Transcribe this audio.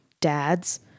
dads